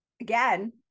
again